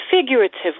figuratively